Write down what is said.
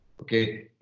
Okay